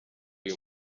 uyu